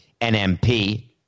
NMP